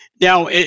Now